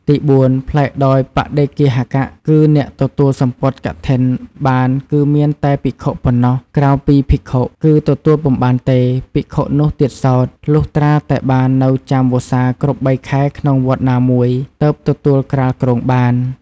ទីបួន ប្លែកដោយបដិគ្គាហក គឺអ្នកទទួលសំពត់កឋិនបានគឺមានតែភិក្ខុប៉ុណ្ណោះ ក្រៅពីភិក្ខុគឺទទួលពុំបានទេ ភិក្ខុនោះទៀតសោត លុះត្រាតែបាននៅចាំវស្សាគ្រប់៣ខែក្នុងវត្តណាមួយ ទើបទទួលក្រាលគ្រងបាន។